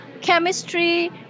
chemistry